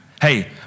Hey